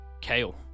kale